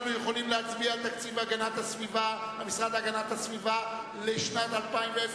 אנחנו יכולים להצביע על תקציב המשרד להגנת הסביבה לשנת 2010,